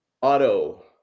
Auto